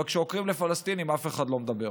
אבל כשעוקרים לפלסטינים אף אחד לא מדבר.